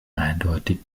eindeutig